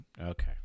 Okay